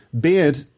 Beard